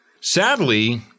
Sadly